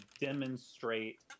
demonstrate